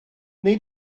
wnei